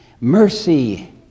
mercy